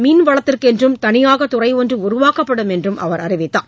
மீன் வளத்திற்கென்றும் தனியாக துறை ஒன்று உருவாக்கப்படும் என்றும் அவர் அறிவித்தார்